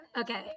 Okay